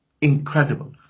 incredible